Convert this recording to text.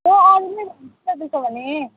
म अरू नै भन्छु नि त त्यसो भने